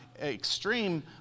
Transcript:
extreme